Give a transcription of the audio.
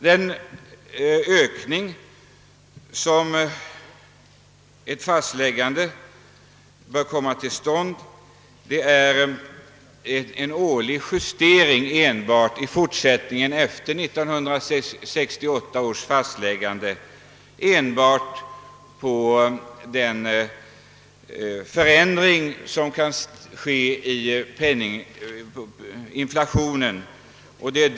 Ökningen bör sedan i fortsättningen enbart ha formen av en årlig justering av 1968 års underlag med hänsyn till de förändringar som inflationen medför.